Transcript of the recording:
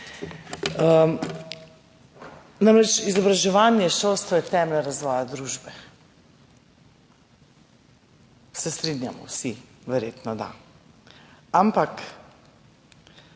Namreč izobraževanje, šolstvo je temelj razvoja družbe, se strinjamo vsi. Verjetno da. Ampak